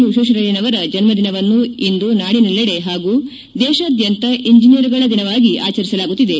ವಿಶ್ವೇಶ್ವರಯ್ನವರ ಜನ್ನದಿನವನ್ನು ಇಂದು ನಾಡಿನೆಲ್ಲಡೆ ಹಾಗೂ ದೇಶಾದ್ಯಂತ ಇಂಜಿನಯರ್ಗಳ ದಿನವಾಗಿ ಆಚರಿಸಲಾಗುತ್ತಿದೆ